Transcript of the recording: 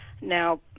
Now